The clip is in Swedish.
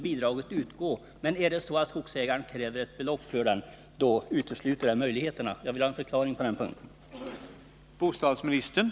Om skogsägaren däremot kräver betalning för veden, skulle bidrag inte utgå.